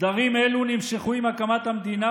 סדרים אלה נמשכו עם הקמת המדינה,